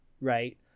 right